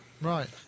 Right